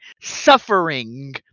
suffering